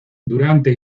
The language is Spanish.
durante